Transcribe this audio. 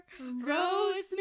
Rosemary